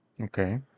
Okay